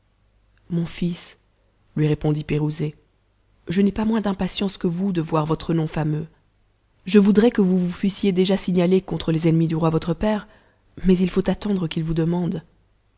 mon fus lui répondit pirouzé je n'ai pas moins d'impatience que vous de voir votre nom fameux je voudrais que vous vous fussiez déjà signalé contre les ennemis du roi votre père mais il faut attendre qu'il vous demande